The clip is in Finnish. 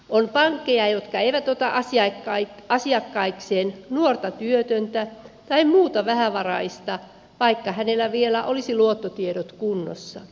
on pankkeja jotka eivät ota asiakkaakseen nuorta työtöntä tai muuta vähävaraista vaikka hänellä vielä olisi luottotiedot kunnossa